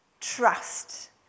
trust